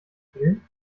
spielen